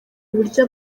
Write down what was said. uburyo